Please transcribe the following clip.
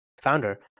founder